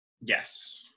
Yes